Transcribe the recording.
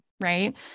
Right